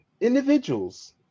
individuals